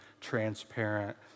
transparent